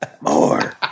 More